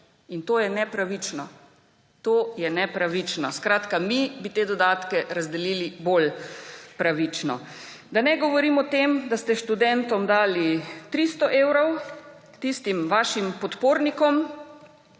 In to je nepravično, to je nepravično. Mi bi te dodatke razdelili bolj pravično. Da ne govorim o tem, da ste študentom dali 300 evrov, tistim vašim podpornikom